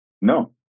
No